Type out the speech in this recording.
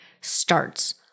starts